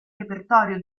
repertorio